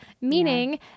meaning